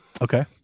Okay